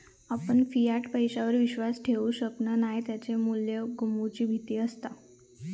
आपण फियाट पैशावर विश्वास ठेवु शकणव नाय त्याचा मू्ल्य गमवुची भीती असता